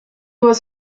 was